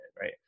right